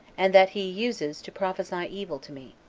and that he uses to prophesy evil to me.